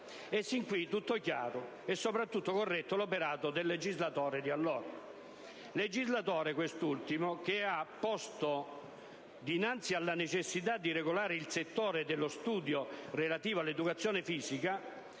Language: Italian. E sin qui è tutto chiaro, e soprattutto è corretto l'operato del legislatore di allora.